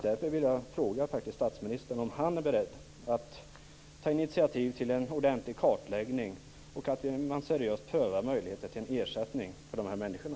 Därför vill jag fråga statsministern om han är beredd att ta initiativ till en ordentlig kartläggning och till att man seriöst prövar möjligheten till en ersättning för de här människorna.